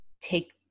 take